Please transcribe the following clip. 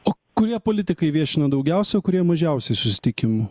o kurie politikai viešina daugiausia o kurie mažiausiai susitikimų